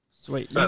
Sweet